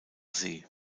see